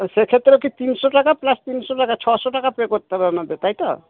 তো সেক্ষেত্রেও কি তিনশো টাকা প্লাস তিনশো টাকা ছশো টাকা পে করতে হবে আপনাদের তাই তো